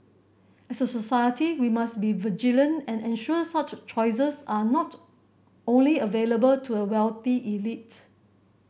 as a society we must be vigilant and ensure such choices are not only available to a wealthy elite